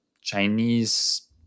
Chinese